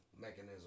mechanism